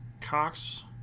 Cox